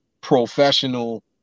professional